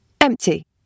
Empty